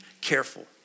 careful